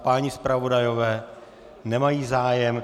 Páni zpravodajové nemají zájem.